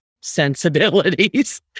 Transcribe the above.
sensibilities